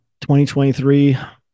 2023